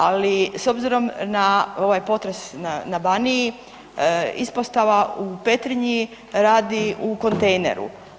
Ali s obzirom na ovaj potres na Baniji, ispostava u Petrinji radi u kontejneru.